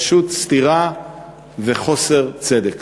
פשוט סתירה וחוסר צדק.